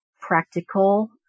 practical